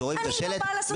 כשרואים את השלט הם מכבדים,